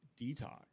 detox